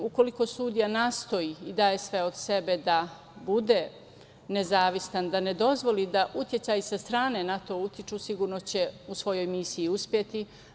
Ukoliko sudija nastoji i daje sve od sebe da bude nezavistan, da ne dozvoli da uticaji sa strane na to utiču, sigurno će u svojoj misiji uspeti.